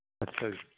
ਅੱਛਾ ਜੀ